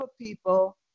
people